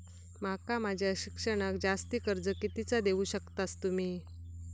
माका माझा शिक्षणाक जास्ती कर्ज कितीचा देऊ शकतास तुम्ही?